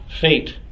Fate